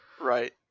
Right